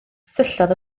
syllodd